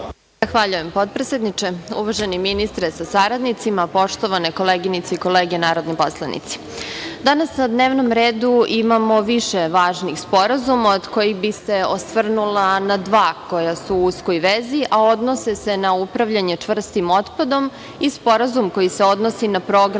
Zahvaljujem potpredsedniče, uvaženi ministre sa saradnicima, poštovane koleginice i kolege narodni poslanici. Danas na dnevnom redu imamo više važnih sporazuma, od kojih bih se osvrnula na dva koja su u uskoj vezi a odnose se na upravljanje čvrstim otpadom i sporazum koji se odnosi na program